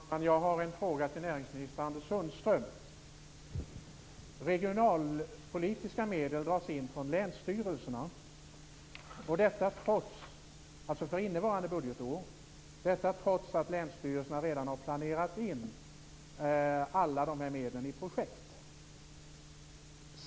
Fru talman! Jag har en fråga till näringsminister Anders Sundström. Regionalpolitiska medel för innevarande budgetår dras in från länsstyrelserna, trots att länsstyrelserna redan har planerat in alla medlen i olika projekt.